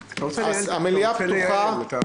שהמליאה פתוחה --- אתה רוצה לייעל אותה.